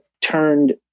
turned